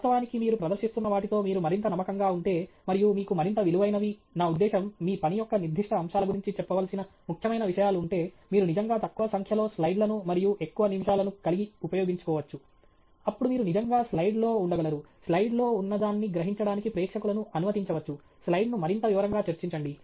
వాస్తవానికి మీరు ప్రదర్శిస్తున్న వాటితో మీరు మరింత నమ్మకం గా ఉంటే మరియు మీకు మరింత విలువైనవి నా ఉద్దేశ్యం మీ పని యొక్క నిర్దిష్ట అంశాల గురించి చెప్పవలసిన ముఖ్యమైన విషయాలు ఉంటే మీరు నిజంగా తక్కువ సంఖ్యలో స్లైడ్లను మరియు ఎక్కువ నిమిషాలను కలిగి ఉపయోగించుకోవచ్చు అప్పుడు మీరు నిజంగా స్లైడ్లో ఉండగలరు స్లైడ్లో ఉన్నదాన్ని గ్రహించడానికి ప్రేక్షకులను అనుమతించవచ్చు స్లైడ్ను మరింత వివరంగా చర్చించండి